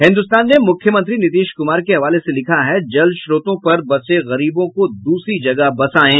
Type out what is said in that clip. हिन्दुस्तान ने मुख्यमंत्री नीतीश कुमार के हवाले से लिखा है जल स्त्रोतों पर बसे गरीबों को दूसरी जगह बसायें